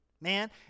man